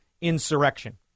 insurrection